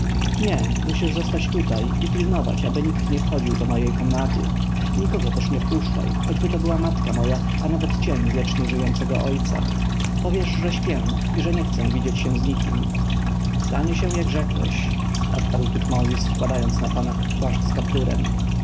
nie musisz zostać tutaj i pilnować aby nikt nie wchodził do mojej komnaty nikogo też nie wpuszczaj choćby to była matka moja a nawet cień wiecznie żyjącego ojca powiesz że śpię i że nie chcę widzieć się z nikim stanie się jak rzekłeś odparł tutmozis wkładając na pana płaszcz z kapturem